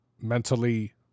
mentally